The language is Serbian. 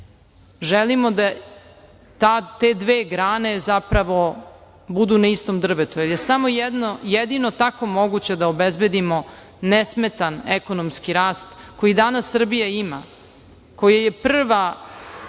Želimo da te dve grane budu na istom drvetu, jer je jedino tako moguće da obezbedimo nesmetan ekonomski rast koji danas Srbija ima, koji je prva